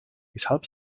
weshalb